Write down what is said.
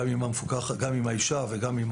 גם עם האישה וגם עם